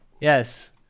Yes